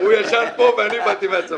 הוא ישן פה, ואני באתי מהצפון.